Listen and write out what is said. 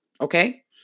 Okay